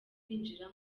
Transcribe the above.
kwinjira